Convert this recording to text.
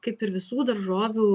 kaip ir visų daržovių